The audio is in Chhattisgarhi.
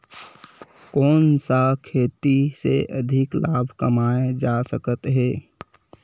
कोन सा खेती से अधिक लाभ कमाय जा सकत हे?